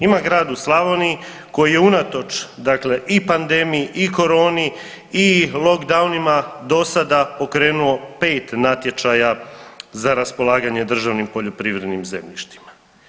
Ima grad u Slavoniji koji je unatoč, dakle i pandemiji i coroni i lockdownima do sada pokrenuo 5 natječaja za raspolaganje državnim poljoprivrednim zemljištima.